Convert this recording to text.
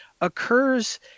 occurs